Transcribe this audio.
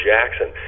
Jackson